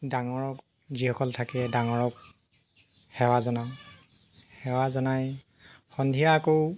ডাঙৰক যিসকল থাকে ডাঙৰক সেৱা জনাও সেৱা জনাই সন্ধিয়া আকৌ